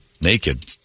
Naked